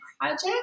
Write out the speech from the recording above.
project